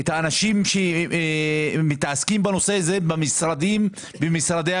את האנשים שמתעסקים בנושא הזה במשרדי הממשלה.